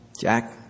Jack